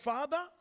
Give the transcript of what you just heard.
Father